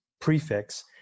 prefix